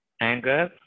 anger